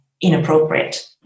inappropriate